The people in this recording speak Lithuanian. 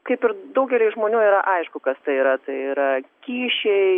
kaip ir daugeliui žmonių yra aišku kas tai yra tai yra kyšiai